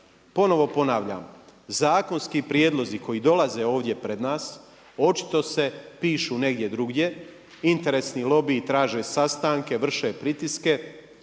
ponovno ponavljam, zakonski prijedlozi koji dolaze ovdje pred nas očito se pišu negdje drugdje, interesni lobiji traže sastanke, vrše pritiske.